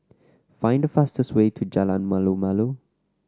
find the fastest way to Jalan Malu Malu